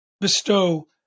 bestow